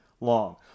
long